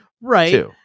Right